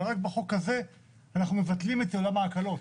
ורק בחוק הזה אנחנו מבטלים את עולם ההקלות,